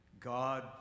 God